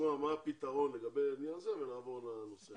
לשמוע מה הפתרון לגבי העניין הזה ונעבור לנושא השני.